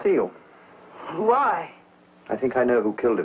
see you why i think i know who killed